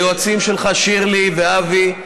ליועצים שלך, שירלי ואבי.